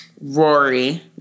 Rory